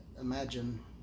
Imagine